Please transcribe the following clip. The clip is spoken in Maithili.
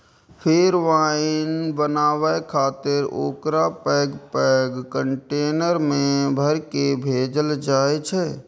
फेर वाइन बनाबै खातिर ओकरा पैघ पैघ कंटेनर मे भरि कें भेजल जाइ छै